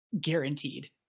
Guaranteed